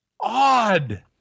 odd